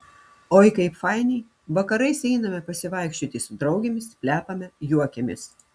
oi kaip fainiai vakarais einame pasivaikščioti su draugėmis plepame juokiamės